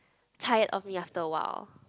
tired of me after a while